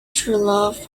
truelove